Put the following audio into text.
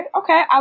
okay